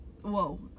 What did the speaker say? whoa